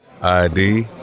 id